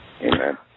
Amen